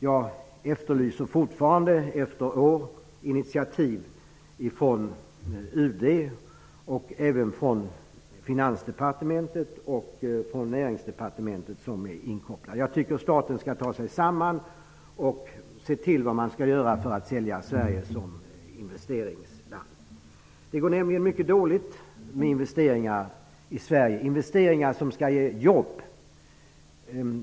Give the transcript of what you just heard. Jag efterlyser fortfarande, efter år, initiativ från UD och även från Finansdepartementet och Näringsdepartementet, som är inkopplade. Jag tycker att staten skall ta sig samman och se till vad man skall göra för att sälja Sverige som investeringsland. Det går nämligen mycket dåligt med investeringar i Sverige, investeringar som skall ge jobb.